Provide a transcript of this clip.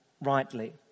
rightly